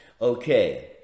Okay